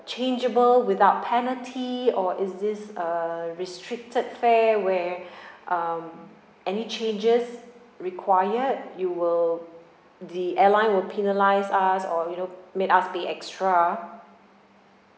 changeable without penalty or is this a restricted fare where um any changes required you will the airline will penalise us or you know made us pay extra